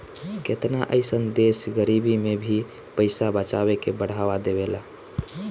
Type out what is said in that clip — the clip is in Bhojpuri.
केतना अइसन देश गरीबी में भी पइसा बचावे के बढ़ावा देवेला